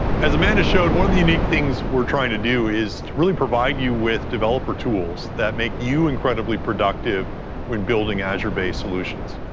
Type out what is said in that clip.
as amanda showed, one of the unique things we're trying to do is to really provide you with developer tools that make you incredibly productive when building azure-based solutions.